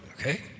okay